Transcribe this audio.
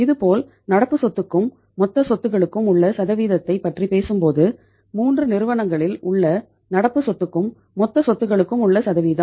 இதேபோல் நடப்பு சொத்துக்கும் மொத்த சொத்துகளுக்கும் உள்ள சதவீதத்தைப் பற்றி பேசும்போது 3 நிறுவனங்களில் உள்ள நடப்பு சொத்துக்கும் மொத்த சொத்துகளுக்கும் உள்ள சதவீதம்